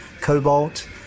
cobalt